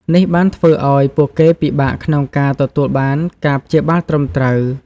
នេះបានធ្វើឱ្យពួកគេពិបាកក្នុងការទទួលបានការព្យាបាលត្រឹមត្រូវ។